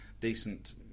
decent